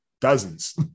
dozens